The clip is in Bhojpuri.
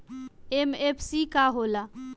एम.एफ.सी का होला?